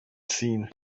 seen